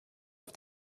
auf